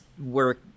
work